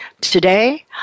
Today